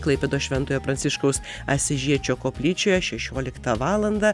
klaipėdos šventojo pranciškaus asyžiečio koplyčioje šešioliktą valandą